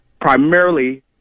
primarily